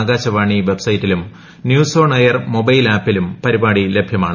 ആകാശവാണി വെബ്സൈറ്റിലും news on air mobile ആപ്പിലും പരിപാടി ലഭ്യമാണ്